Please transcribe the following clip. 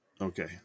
Okay